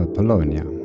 Polonia